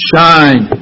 Shine